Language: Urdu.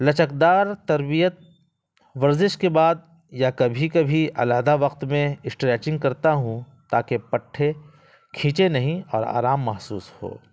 لچک دار تربیت ورزش کے بعد یا کبھی کبھی علیحدہ وقت میں اسٹریچنگ کرتا ہوں تاکہ پٹھے کھینچے نہیں اور آرام محسوس ہو